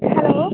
hello